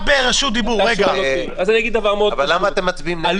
צריך להיות סגור או